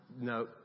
no